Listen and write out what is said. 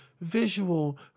visual